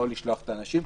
לא לשלוח את האנשים,